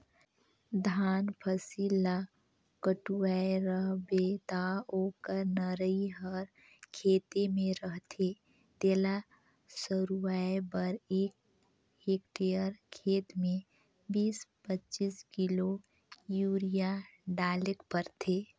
धान फसिल ल कटुवाए रहबे ता ओकर नरई हर खेते में रहथे तेला सरूवाए बर एक हेक्टेयर खेत में बीस पचीस किलो यूरिया डालेक परथे